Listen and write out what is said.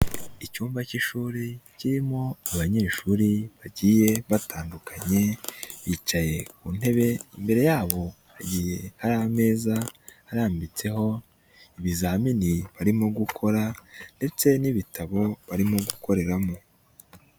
Icyumba k'ishuri kirimo abanyeshuri bagiye batandukanye bicaye ku ntebe imbere yabo hagiye hari ameza arambitseho ibizamini barimo gukora ndetse n'ibitabo barimo gukoreramo.